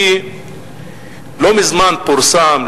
כי לא מזמן פורסמה,